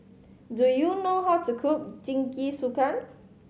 do you know how to cook Jingisukan